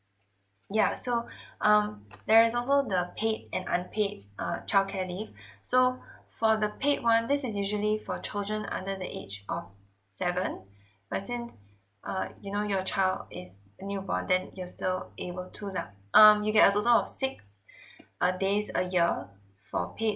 yeah so um there is also the paid and unpaid uh childcare leave so for the paid one this is usually for children under the age of seven right since uh you know your child is new born you're still able to lah um you get a total of six uh days a year for paid